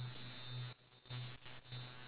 but you can change back and forth [what]